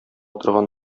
торган